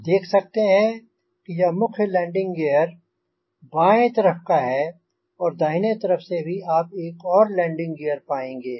आप देख सकते हैं कि यह मुख्य लैंडिंग ग़ीयर बाएँ तरफ़ का है और दाहिने तरफ़ भी आप एक और लैंडिंग ग़ीयर पाएँगे